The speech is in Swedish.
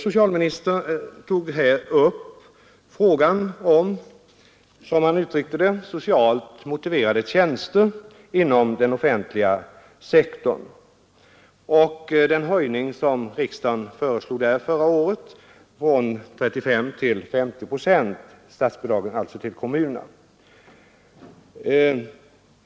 Socialministern tog här upp, som han uttryckte det, frågan om socialt motiverade tjänster inom den offentliga sektorn och den höjning av statsbidragen till kommunerna från 35 till 50 procent som riksdagen förra året föreslog.